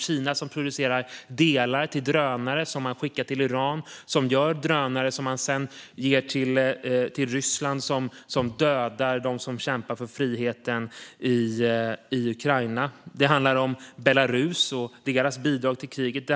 Kina producerar delar till drönare som skickas till Iran som tillverkar drönarna och ger dem till Ryssland som använder dem för att döda dem som kämpar för friheten i Ukraina. Det handlar om Belarus bidrag till kriget.